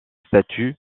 statut